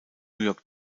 york